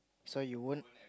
so you won't